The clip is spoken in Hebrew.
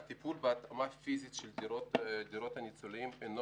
הטיפול בהתאמה פיזית של דירות הניצולים אינו